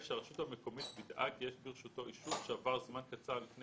הרשות המקומית וידאה כי יש ברשותו אישור שעבר זמן קצר לפני